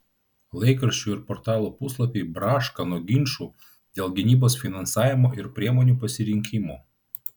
laikraščių ir portalų puslapiai braška nuo ginčų dėl gynybos finansavimo ir priemonių pasirinkimo